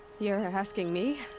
you're you're asking me?